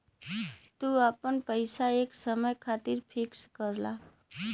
तू आपन पइसा एक समय खातिर फिक्स करला